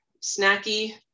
snacky